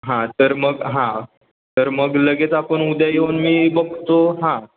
हां तर मग हां तर मग लगेच आपण उद्या येऊन मी बघतो हां